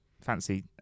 fancy